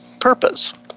purpose